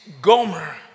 gomer